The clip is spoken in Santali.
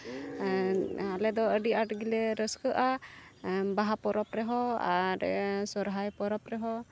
ᱟᱞᱮ ᱫᱚ ᱟᱹᱰᱤ ᱟᱸᱴ ᱜᱮᱞᱮ ᱨᱟᱹᱥᱠᱟᱹᱜᱼᱟ ᱵᱟᱦᱟ ᱯᱚᱨᱚᱵᱽ ᱨᱮᱦᱚᱸ ᱟᱨ ᱥᱚᱨᱦᱟᱭ ᱯᱚᱨᱚᱵᱽ ᱨᱮᱦᱚᱸ